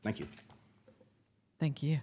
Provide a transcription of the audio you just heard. thank you thank you